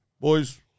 Boys